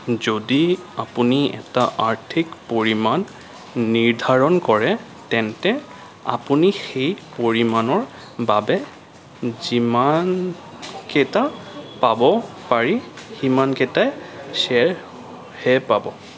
যদি আপুনি এটা আৰ্থিক পৰিমাণ নিৰ্ধাৰণ কৰে তেন্তে আপুনি সেই পৰিমাণৰ বাবে যিমানকেইটা পাব পাৰি সিমানকেইটা শ্বেয়াৰহে পাব